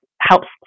helps